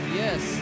yes